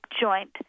joint